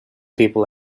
people